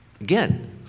Again